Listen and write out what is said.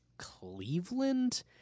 Cleveland